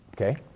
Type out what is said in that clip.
Okay